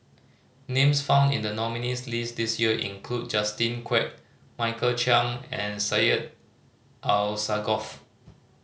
names found in the nominees' list this year include Justin Quek Michael Chiang and Syed Alsagoff